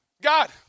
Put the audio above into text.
God